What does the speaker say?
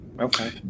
Okay